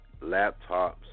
laptops